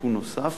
תיקון נוסף